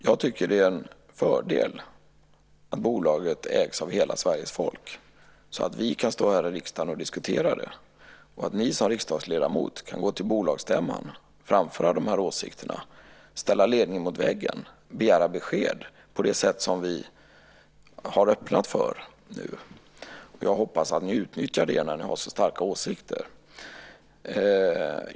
Jag tycker att det är en fördel att bolaget ägs av hela Sveriges folk så att vi kan stå här i riksdagen och diskutera det och att ni som riksdagsledamöter kan gå till bolagsstämman och framföra de här åsikterna, ställa ledningen mot väggen och begära besked på det sätt som vi har öppnat för nu. Jag hoppas att ni utnyttjar det när ni har så starka åsikter.